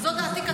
זו דעתי.